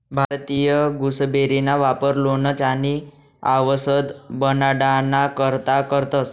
भारतीय गुसबेरीना वापर लोणचं आणि आवषद बनाडाना करता करतंस